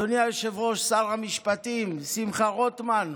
אדוני היושב-ראש, שר המשפטים, שמחה רוטמן,